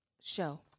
show